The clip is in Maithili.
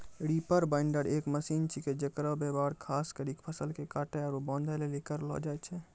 रीपर बाइंडर एक मशीन छिकै जेकर व्यवहार खास करी फसल के काटै आरू बांधै लेली करलो जाय छै